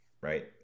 right